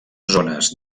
zones